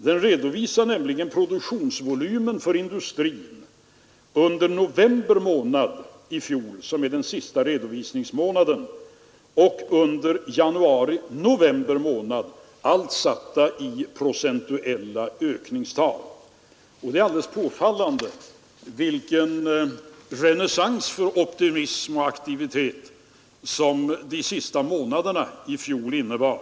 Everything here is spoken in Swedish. Där redovisas nämligen produktionsvolymen för industrin under november månad i fjol, som är den senaste redovisningsmånaden, och under januari-november månad 1972, allt uttryckt som procentuella ökningstal. Det är påfallande vilken renässans för optimism och aktivitet som de sista månaderna i fjol innebar.